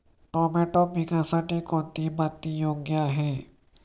Tomato पिकासाठी कोणती माती योग्य आहे?